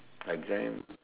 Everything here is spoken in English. exams